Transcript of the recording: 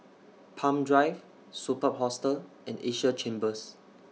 Palm Drive Superb Hostel and Asia Chambers